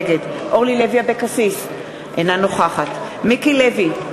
נגד אורלי לוי אבקסיס, אינה נוכחת מיקי לוי,